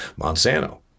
Monsanto